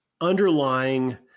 underlying